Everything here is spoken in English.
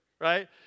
right